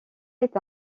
est